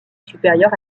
supérieure